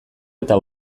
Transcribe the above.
eta